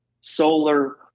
solar